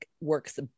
works